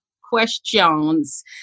questions